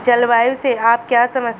जलवायु से आप क्या समझते हैं?